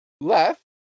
left